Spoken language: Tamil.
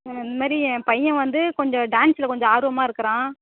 மேம் இந்தமாதிரி என் பையன் வந்து கொஞ்சம் டான்ஸில் கொஞ்சம் ஆர்வமாக இருக்கிறான்